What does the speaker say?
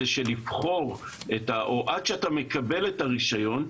עד שאתה מקבל רישיון,